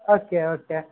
okay okay